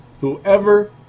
Whoever